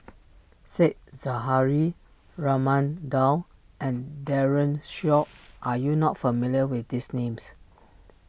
Said Zahari Raman Daud and Daren Shiau are you not familiar with these names